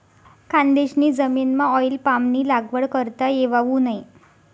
खानदेशनी जमीनमाऑईल पामनी लागवड करता येवावू नै